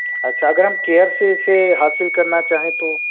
اچھا اگر ہم کیئر سے اسے حاصل کرنا چاہیں تو